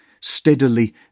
steadily